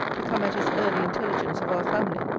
to come at his early intelligence of our family.